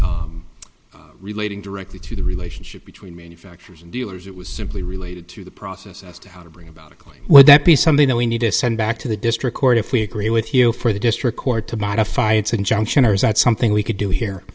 lists relating directly to the relationship between manufacturers and dealers it was simply related to the process as to how to bring about would that be something that we need to send back to the district court if we agree with you for the district court to modify its injunction or is that something we could do here